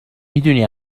میدونی